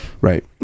Right